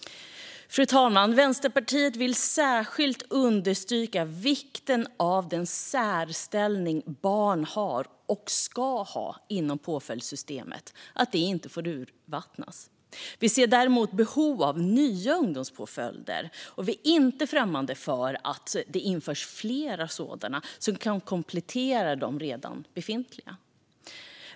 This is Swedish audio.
Fru talman! Vänsterpartiet vill särskilt understryka vikten av att den särställning barn har och ska ha inom påföljdssystemet inte urvattnas. Vi ser däremot behov av nya ungdomspåföljder, och vi är inte främmande för att det införs flera sådana som kan komplettera de redan befintliga.